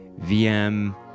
VM